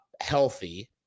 healthy